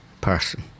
person